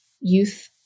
youth